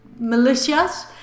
Militias